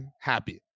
happy